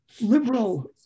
liberal